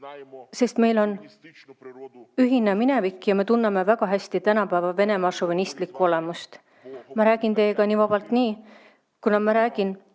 sest meil on üks ühine minevik ja me tunneme väga hästi tänapäeva Venemaa šovinistlikku olemust. Ma räägin teiega nii vabalt, kuna ma räägin